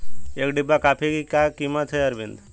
एक डिब्बा कॉफी की क्या कीमत है अरविंद?